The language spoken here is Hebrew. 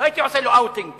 לא הייתי עושה לו outingסתם.